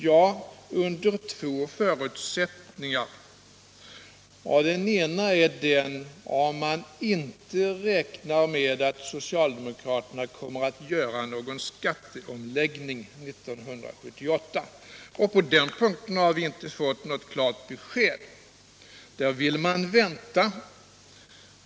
— Ja, under två förutsättningar. Den ena förutsättningen är att man räknar med att socialdemokraterna inte kommer att göra någon skatteomläggning 1978. På den punkten har vi inte fått något klart besked. Där vill man vänta.